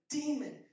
demon